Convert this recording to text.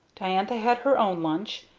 diantha had her own lunch,